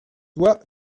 toi